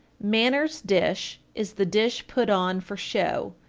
manners dish is the dish put on for show,